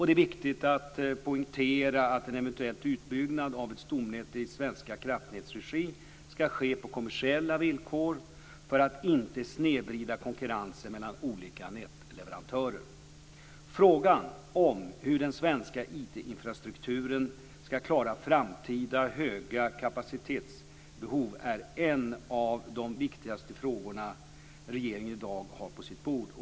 Det är viktigt att poängtera att en eventuell utbyggnad av ett stomnät i Svenska kraftnäts regi ska ske på kommersiella villkor för att inte snedvrida konkurrensen mellan olika nätleverantörer. Frågan om hur den svenska IT-infrastrukturen ska klara framtida höga kapacitetsbehov är en av de viktigaste frågorna som regeringen i dag har på sitt bord.